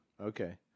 Okay